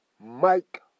Mike